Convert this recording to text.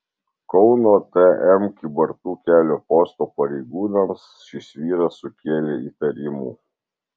kauno tm kybartų kelio posto pareigūnams šis vyras sukėlė įtarimų